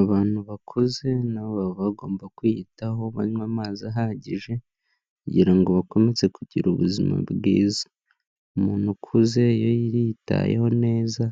Abantu bakuze nabo baba bagomba kwiyitaho banywa amazi ahagije kugira ngo bakomeze kugira ubuzima bwiza, umuntu ukuze iyo yiyitayeho neza